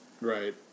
Right